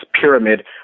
pyramid